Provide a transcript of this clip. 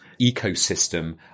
ecosystem